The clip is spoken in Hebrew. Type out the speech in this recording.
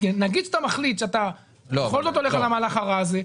נגיד שאתה מחליט שאתה בכל זאת הולך על המהלך הרע הזה,